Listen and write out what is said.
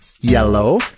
Yellow